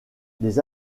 les